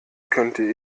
könnte